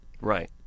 Right